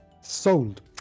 sold